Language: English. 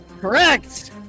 Correct